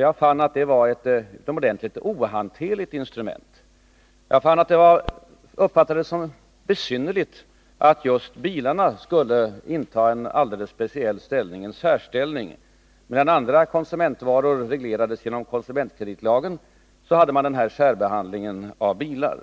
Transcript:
Jag fann att den var ett utomordentligt ohanterligt instrument. Jag uppfattade det som besynnerligt att just bilarna skulle inta en alldeles speciell ställning. Medan handeln med andra konsumtionsvaror reglerades genom konsumentkreditlagen, så hade vi denna särbehandling av bilar.